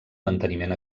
manteniment